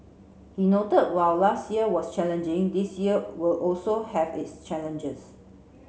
he noted while last year was challenging this year will also have its challenges